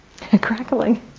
crackling